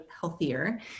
healthier